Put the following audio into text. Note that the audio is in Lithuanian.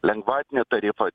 lengvatinį tarifą